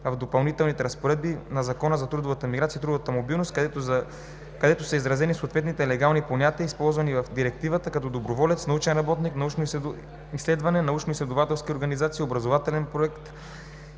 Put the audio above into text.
в Допълнителните разпоредби на Закона за трудовата миграция и трудовата мобилност, където са отразени съответните легални понятия, използвани в Директивата, като „доброволец“, „научен работник“, „научно изследване“, „научноизследователска организация“, „образователен проект“,